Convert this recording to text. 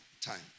time